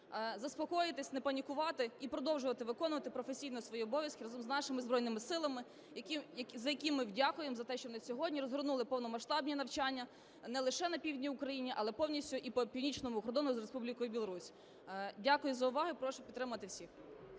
заспокоїтися, не панікувати і продовжувати виконувати професійно свої обов'язки разом з нашими Збройними Силами, яким ми дякуємо за те, що вони сьогодні розгорнули повномасштабні навчання не лише на півдні України, але повністю і по північному кордону з Республікою Білорусь. Дякую за увагу і прошу підтримати всіх.